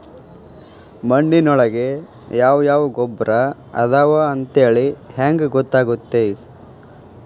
ಮಣ್ಣಿನೊಳಗೆ ಯಾವ ಯಾವ ಗೊಬ್ಬರ ಅದಾವ ಅಂತೇಳಿ ಹೆಂಗ್ ಗೊತ್ತಾಗುತ್ತೆ?